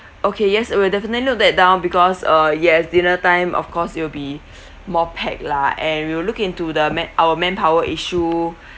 okay yes we'll definitely note that down because uh yes dinner time of course it'll be more packed lah and we'll look into the ma~ our manpower issue